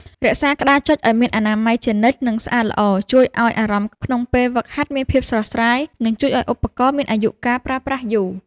រក្សាក្តារចុចឱ្យមានអនាម័យជានិច្ច និងស្អាតល្អជួយឱ្យអារម្មណ៍ក្នុងពេលហ្វឹកហាត់មានភាពស្រស់ស្រាយ និងជួយឱ្យឧបករណ៍មានអាយុកាលប្រើប្រាស់យូរ។